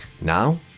now